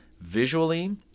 visually